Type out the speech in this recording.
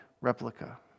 replica